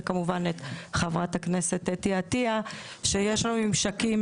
וכמובן את חברת הכנסת אתי עטייה שיש לנו ממשקים